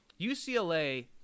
UCLA